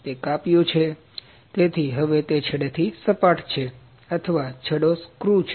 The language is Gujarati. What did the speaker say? તે કાપ્યું છે તેથી હવે તે છેડેથી સપાટ છે અથવા છેડો સ્ક્રૂ છે